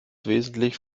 wesentlich